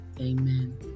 Amen